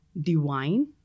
divine